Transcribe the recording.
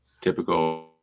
typical